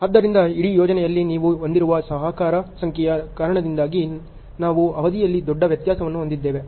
ಆದ್ದರಿಂದ ಇಡೀ ಯೋಜನೆಯಲ್ಲಿ ನೀವು ಹೊಂದಿರುವ ಸಹಾಯಕರ ಸಂಖ್ಯೆಯ ಕಾರಣದಿಂದಾಗಿ ನಾವು ಅವಧಿಯಲ್ಲಿ ದೊಡ್ಡ ವ್ಯತ್ಯಾಸವನ್ನು ಹೊಂದಿದ್ದೇವೆ